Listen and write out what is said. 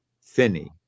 Finney